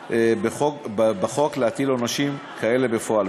בחוק, להטיל עונשים כאלה בפועל.